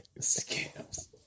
Scams